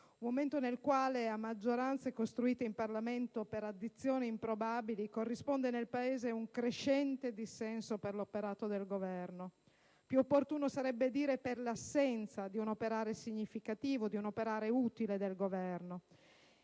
un momento nel quale a maggioranze costruite in Parlamento per addizioni improbabili corrisponde nel Paese un crescente dissenso per l'operato del Governo, più opportuno sarebbe dire per l'assenza di un operare significativo, utile, del Governo